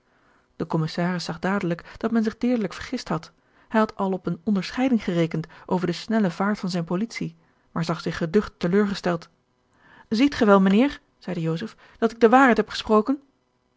de commissaris zag dadelijk dat men zich deerlijk vergist had hij had al op eene onderscheiding gerekend over de snelle vaart van zijne politie maar zag zich geducht teleurgesteld ziet gij wel mijnheer zeide joseph dat ik de waarheid heb gesproken